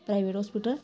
private hospital